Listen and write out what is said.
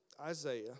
Isaiah